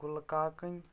غُلہٕ کاکٕنۍ